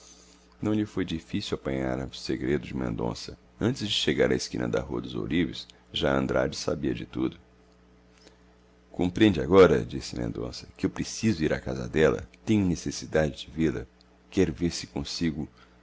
lhe foi difícil apanhar o segredo de mendonça antes de chegar à esquina da rua dos ourives já andrade sabia de tudo compreendes agora disse mendonça que eu preciso ir à casa dela tenho necessidade de vê-la quero ver se consigo